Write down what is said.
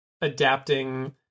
adapting